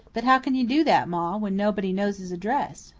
but how can you do that, ma, when nobody knows his address?